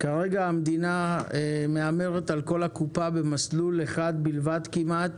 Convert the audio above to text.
כרגע המדינה מהמרת על כל הקופה במסלול אחד בלבד כמעט